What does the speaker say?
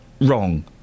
wrong